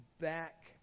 back